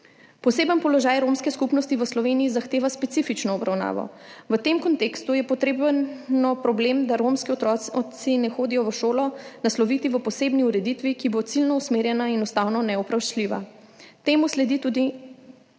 Poseben položaj romske skupnosti v Sloveniji zahteva specifično obravnavo. V tem kontekstu je treba problem, da romski otroci ne hodijo v šolo, nasloviti v posebni ureditvi, ki bo ciljno usmerjena in ustavno nevprašljiva. Temu sledi tudi